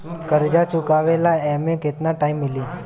कर्जा चुकावे ला एमे केतना टाइम मिली?